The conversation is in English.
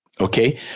Okay